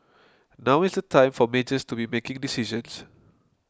now is the time for majors to be making decisions